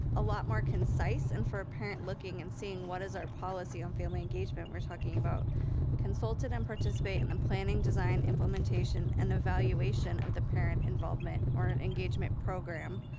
a lot more concise and for a parent looking and seeing what is our policy on family engagement we're talking about consultate and participate in the planning, design, implementation and evaluation of the parent involvement, or an engagement program.